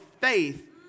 faith